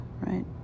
right